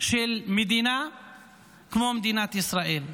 של מדינה כמו מדינת ישראל.